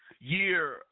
Year